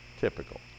typical